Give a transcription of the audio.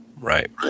Right